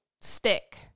stick